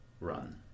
run